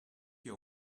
you